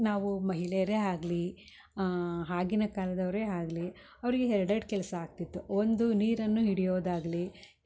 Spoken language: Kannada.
ನಾವು ಮಹಿಳೆಯರೆ ಆಗಲಿ ಆಗಿನ ಕಾಲದವರೆ ಆಗಲಿ ಅವರಿಗೆ ಎರಡು ಎರಡು ಕೆಲಸ ಆಗ್ತಿತ್ತು ಒಂದು ನೀರನ್ನು ಹಿಡಿಯೋದು ಆಗಲಿ ಕೆಲಸ